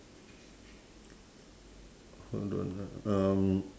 hold on ah